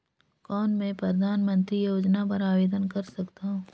कौन मैं परधानमंतरी योजना बर आवेदन कर सकथव?